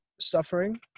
suffering